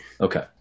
Okay